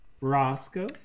Roscoe